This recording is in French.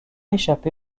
échappé